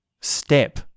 step